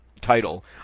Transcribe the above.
title